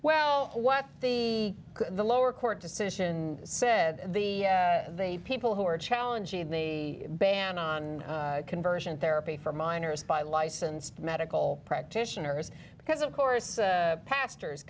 well what the the lower court decision said the people who are challenging the ban on conversion therapy for minors by licensed medical practitioners because of course pastors